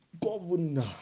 governor